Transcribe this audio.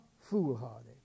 foolhardy